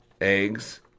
Eggs